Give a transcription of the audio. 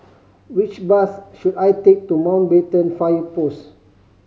which bus should I take to Mountbatten Fire Post